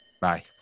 Bye